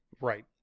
Right